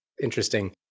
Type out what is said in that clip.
interesting